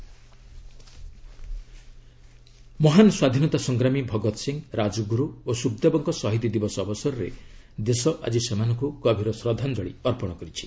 tribute ମହାନ ସ୍ୱାଧୀନତା ସଂଗ୍ରାମୀ ଭଗତ ସିଂ ରାଜଗୁରୁ ଓ ସୁଖଦେବଙ୍କ ଶହୀଦ ଦିବସ ଅବସରରେ ଦେଶ ଆଜି ସେମାନଙ୍କୁ ଗଭୀର ଶ୍ରଦ୍ଧାଞ୍ଜଳି ଅର୍ପଣ କରିଛି